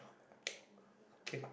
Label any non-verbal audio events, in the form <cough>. <noise> okay